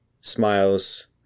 smiles